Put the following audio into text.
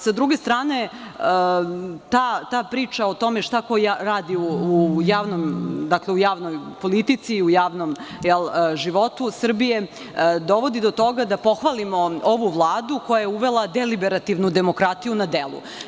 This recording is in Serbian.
Sa druge strane, ta priča o tome šta ko radi u javnoj politici i u javnom životu Srbije dovodi do toga da pohvalimo ovu vladu, koja je uvela deliberativnu demokratiju na delu.